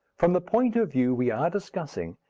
from the point of view we are discussing,